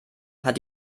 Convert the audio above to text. hat